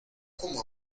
como